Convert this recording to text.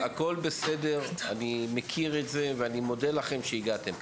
הכל בסדר, אני מכיר את זה ואני מודה לכם שהגעתם.